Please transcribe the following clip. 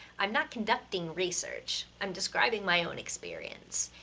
i'm not conducting research. i'm describing my own experience.